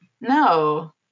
no